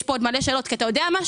יש פה עוד מלא שאלות כי אתה יודע משהו,